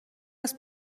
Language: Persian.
است